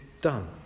done